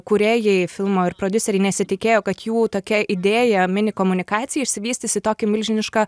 kūrėjai filmo ir prodiuseriai nesitikėjo kad jų tokia idėja mini komunikacijai išsivystys į tokį milžinišką